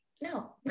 no